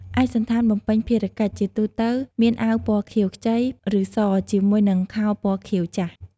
ឯកសណ្ឋានបំពេញភារកិច្ច ជាទូទៅ មានអាវពណ៌ខៀវខ្ចី ឬស ជាមួយនឹងខោពណ៌ខៀវចាស់។